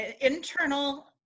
internal